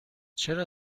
چرا